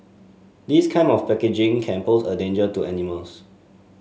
this kind of packaging can pose a danger to animals